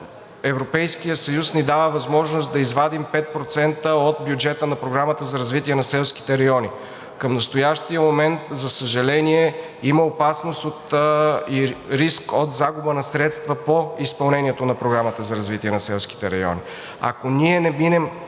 Европейският съюз ни дава възможност да извадим 5% от бюджета на Програмата за развитие на селските райони. Към настоящия момент, за съжаление, има опасност и риск от загуба на средства по изпълнението на Програмата за развитие на селските райони.